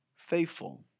faithful